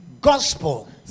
gospel